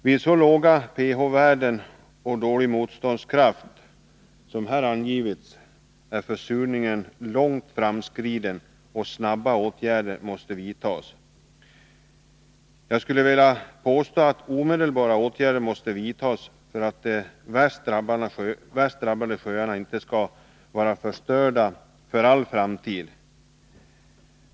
Vid så låga pH-värden och så dålig motståndskraft som här angivits är försurningen långt framskriden, och åtgärder måste snabbt vidtas. Jag skulle vilja påstå att åtgärder omedelbart måste vidtas för att de värst drabbade sjöarna inte skall vara förstörda för all framtid.